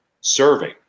serving